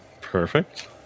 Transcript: perfect